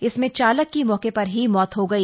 इसमें चालक की मौके पर ही मौत हो गई